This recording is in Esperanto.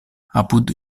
apud